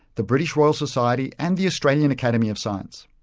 the british royal society and the australian academy of science.